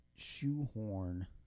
shoehorn